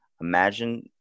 imagine